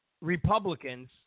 Republicans